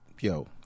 yo